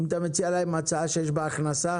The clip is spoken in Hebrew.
אם אתה מציע להן הצעה שיש בה הכנסה.